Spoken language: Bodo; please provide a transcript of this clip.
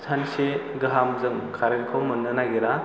सानसे गाहाम जों कारेन्टखौ मोननो नागिरा